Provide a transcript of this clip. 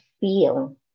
feel